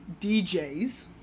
DJs